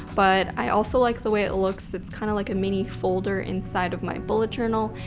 but i also like the way it looks. it's kinda like a mini-folder inside of my bullet journal.